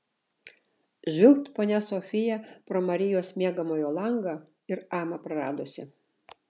žvilgt ponia sofija pro marijos miegamojo langą ir amą praradusi